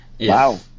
Wow